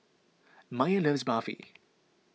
Maiya loves Barfi